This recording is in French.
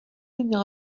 venir